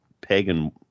pagan